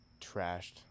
trashed